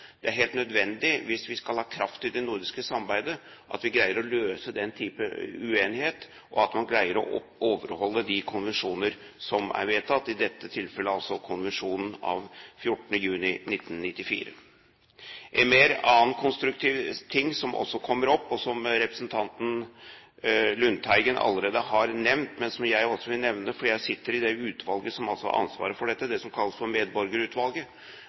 Det er helt nødvendig hvis vi skal ha kraft i det nordiske samarbeidet, at vi greier å løse den type uenighet, og at man greier å overholde de konvensjoner som er vedtatt – i dette tilfellet altså konvensjonen av 14. juni 1994. En annen, mer konstruktiv ting som også kommer opp, og som representanten Lundteigen allerede har nevnt, men som jeg også vil nevne fordi jeg sitter i det utvalget som har ansvaret for dette – det som kalles for medborgerutvalget